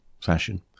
fashion